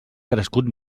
crescut